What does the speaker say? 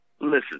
Listen